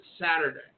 Saturday